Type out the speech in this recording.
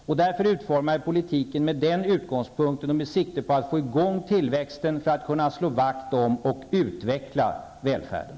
Vi utformar politiken med den utgångspunkten och med sikte på att få i gång tillväxten för att kunna slå vakt om och utveckla välfärden.